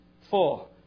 four